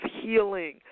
healing